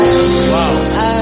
Wow